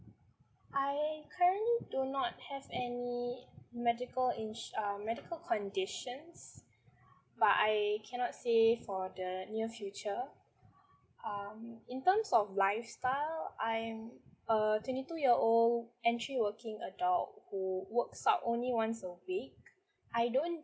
I currently do not have any medical insu~ uh medical conditions but I cannot say for the near future um in terms of lifestyle I'm a twenty two year old entry working adult who works out only once a week I don't